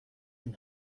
این